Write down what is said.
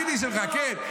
ביבי שלך, כן.